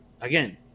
Again